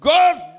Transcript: Goes